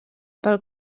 pel